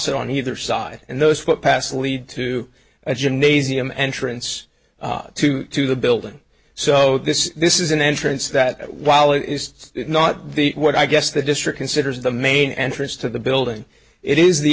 cross on either side and those foot past lead to a gymnasium entrance to the building so this is this is an entrance that while it is not the what i guess the district considers the main entrance to the building it is the